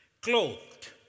Clothed